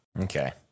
Okay